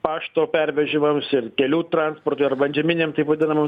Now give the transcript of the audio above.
pašto pervežimams ir kelių transportui arba antžeminiam taip vadinamam